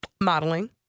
Modeling